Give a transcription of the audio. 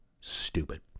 stupid